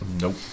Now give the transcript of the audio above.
Nope